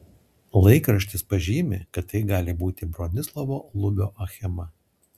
laikraštis pažymi kad tai gali būti bronislovo lubio achema